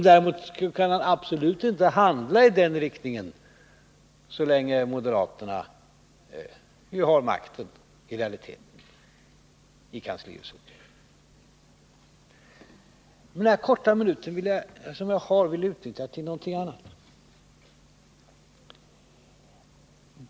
Däremot kan han absolut inte handla i den riktningen så länge som moderaterna i realiteten har makten i kanslihuset. De här få minuterna som jag har till mitt förfogande vill jag utnyttja till någonting annat.